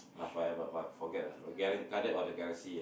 ah forever but forget ah Guardians of the Galaxy ah